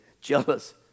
jealous